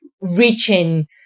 reaching